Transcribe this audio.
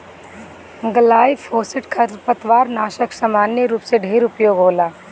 glyphosate खरपतवारनाशक सामान्य रूप से ढेर उपयोग होला